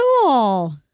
cool